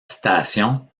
stations